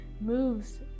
moves